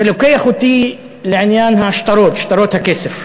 זה לוקח אותי לעניין השטרות, שטרות הכסף.